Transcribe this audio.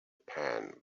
pan